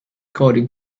coding